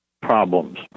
problems